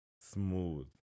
smooth